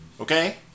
Okay